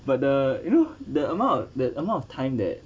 but the you know the amount the amount of time that